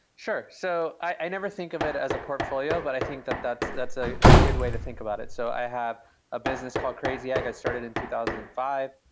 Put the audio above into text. sure. so, i never think of it as a portfolio, but i think that that's that's a good way to think about it. so, i have a business called crazy egg i started in two thousand and five,